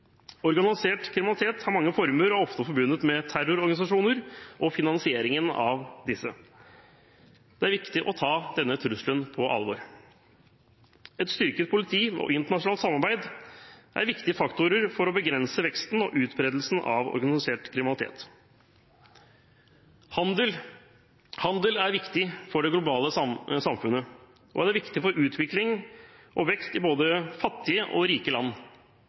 Organisert kriminalitet har mange former og er ofte forbundet med terrororganisasjoner og finansieringen av disse. Det er viktig å ta denne trusselen på alvor. Et styrket politi og internasjonalt samarbeid er viktige faktorer for å begrense veksten og utbredelsen av organisert kriminalitet. Handel er viktig for det globale samfunnet, det er viktig for utvikling og vekst i både fattige og rike land.